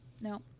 No